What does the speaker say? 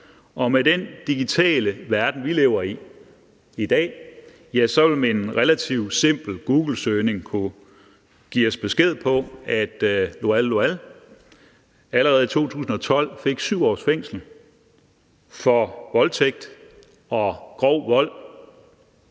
og med den digitale verden, vi lever i i dag, vil en relativt simpel googlesøgning kunne give os besked om, at Lual Lual allerede i 2012 fik 7 års fængsel for voldtægt og grov vold.